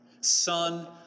Son